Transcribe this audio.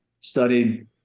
studied